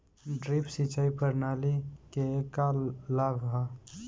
Drip सिंचाई प्रणाली के का लाभ ह?